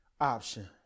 option